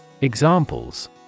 Examples